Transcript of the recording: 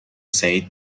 سعید